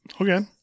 Okay